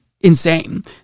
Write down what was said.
insane